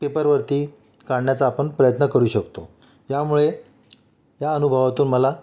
पेपरवरती काढण्याचा आपण प्रयत्न करू शकतो यामुळे या अनुभवातून मला